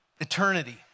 eternity